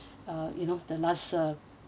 uh you know the last uh